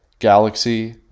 Galaxy